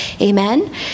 amen